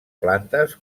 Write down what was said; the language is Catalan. plantes